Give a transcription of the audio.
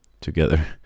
together